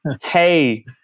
Hey